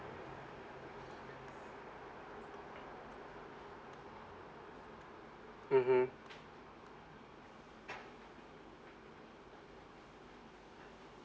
mmhmm